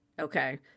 Okay